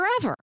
forever